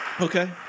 Okay